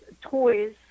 toys